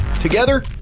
Together